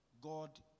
God